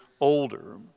older